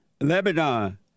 Lebanon